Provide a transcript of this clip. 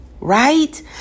Right